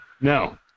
No